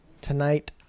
tonight